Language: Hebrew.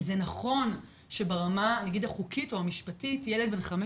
זה נכון שברמה נגיד החוקית או המשפטית ילד בן 15